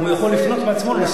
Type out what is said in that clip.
הוא יכול לפנות בעצמו.